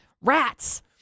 Rats